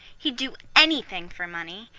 he'd do anything for money.